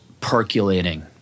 percolating